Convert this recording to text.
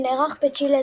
שנערך בצ'ילה,